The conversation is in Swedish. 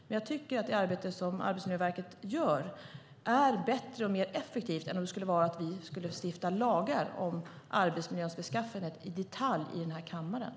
Men det arbete som Arbetsmiljöverket gör är bättre och mer effektivt än om vi i denna kammare i detalj skulle stifta lagar om arbetsmiljöns beskaffenhet.